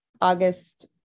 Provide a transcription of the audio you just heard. August